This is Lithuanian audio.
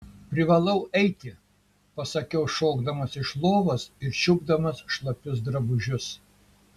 privalau eiti pasakiau šokdamas iš lovos ir čiupdamas šlapius drabužius